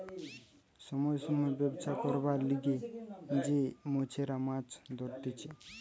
সময় সময় ব্যবছা করবার লিগে যে মেছোরা মাছ ধরতিছে